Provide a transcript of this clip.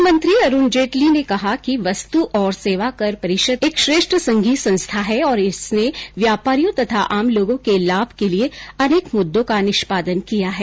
वित्त मंत्री अरुण जेटली ने कहा है कि वस्तु और सेवा कर परिषद एक श्रेष्ठ संघीय संस्था है और इसने व्यापारियों तथा आम लोगों के लाभ के लिए अनेक मुद्दों का निष्पादन किया है